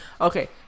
Okay